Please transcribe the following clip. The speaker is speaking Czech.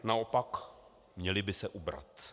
Naopak, měly by se ubrat.